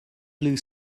blue